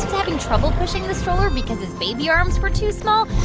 having trouble pushing the stroller because his baby arms were too small,